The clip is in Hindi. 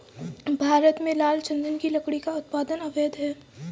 भारत में लाल चंदन की लकड़ी का उत्पादन अवैध है